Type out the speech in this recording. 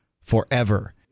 forever